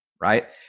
right